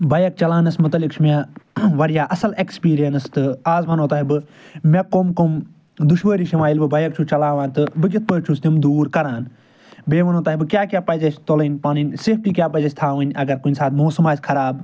bike چلاونَس متعلِق چھُ مےٚ واریاہ اَصٕل اٮ۪کٕسپیٖریَنٕس تہٕ آز وَنو تۄہہِ بہٕ مےٚ کُم کُم دُشوٲری چھِ یِوان ییٚلہِ بہٕ بایِک چھُس چلاوان تہٕ بہِ کِتھ پٲٹھۍ چھُس تِم دوٗر کران بیٚیہ وَنو تۄہہِ بہٕ کیٛاہ کیٛاہ پَزِ اَسہِ تُلٕنۍ پنٕنۍ سیفٹی کیٛاہ پَزِ اَسہِ تھاوٕنۍ اگر کُنہِ ساتہٕ موسم آسہِ خراب